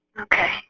Okay